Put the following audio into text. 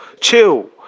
chill